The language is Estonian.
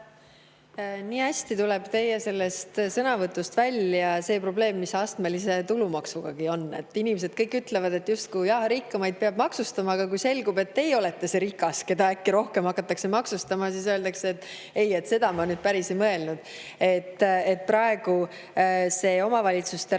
Nii hästi tuleb teie sõnavõtust välja see probleem, mis astmelise tulumaksugagi on: kõik inimesed ütlevad, et justkui peab rikkamaid maksustama, aga kui selgub, et teie olete see rikas, keda äkki rohkem hakatakse maksustama, siis öeldakse, et ei, seda ma nüüd päris ei mõelnud. Praegu puudutab omavalitsuste rahastamise